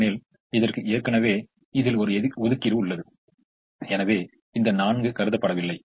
ஏனெனில் இதற்கு ஏற்கனவே இதில் ஒரு ஒதுக்கீடு உள்ளது எனவே இந்த 4 கருதப்படவில்லை